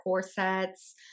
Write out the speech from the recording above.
corsets